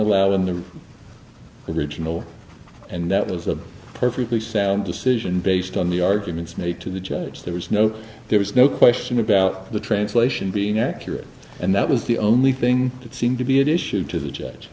allow them to original and that was a perfectly sound decision based on the arguments made to the judge there was no there was no question about the translation being accurate and that was the only thing that seemed to be an issue to the judge